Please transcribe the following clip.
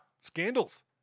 Scandals